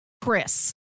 Chris